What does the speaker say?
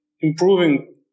improving